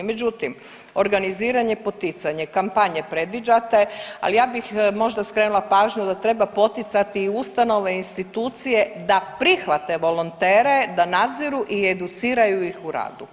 Međutim, organiziranje, poticanje, kampanje predviđate, ali ja bih možda skrenula pažnju da treba poticati i ustanove i institucije da prihvate volontere, da nadziru i educiraju ih u radu.